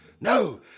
No